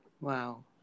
Wow